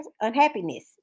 Unhappiness